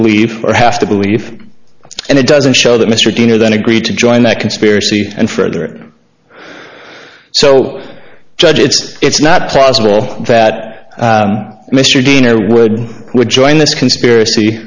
believe or have to believe and it doesn't show that mr dean or that agreed to join that conspiracy and further so judge it's it's not plausible that mr dean or would would join this conspiracy